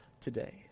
today